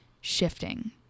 shifting